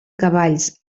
cavalls